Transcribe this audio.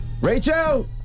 Rachel